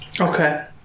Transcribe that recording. Okay